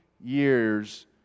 years